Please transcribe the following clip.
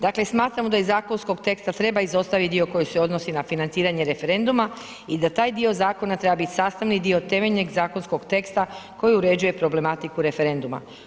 Dakle, smatramo da iz zakonskog teksta treba izostaviti dio koji se odnosi na financiranje referenduma i da taj dio zakona treba bit sastavni dio temeljnog zakonskog teksta koji uređuje problematiku referenduma.